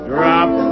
Drop